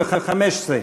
כנוסח הוועדה.